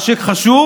מה שחשוב